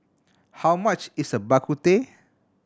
how much is Bak Kut Teh